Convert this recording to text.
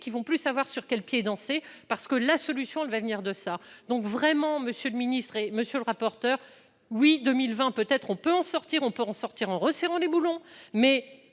qui vont plus savoir sur quel pied danser parce que la solution de l'avenir de ça donc vraiment, monsieur le ministre et monsieur le rapporteur oui 2020 peut-être, on peut en sortir, on peut en sortir en resserrant les boulons mais